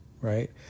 right